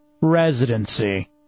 Residency